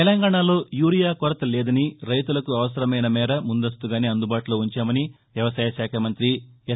తెలంగాణలో యూరియా కొరత లేదని రైతులకు అవసరమైన మేర ముందస్తుగానే అందుబాటులో ఉంచామని వ్యవసాయశాఖ మంతి ఎస్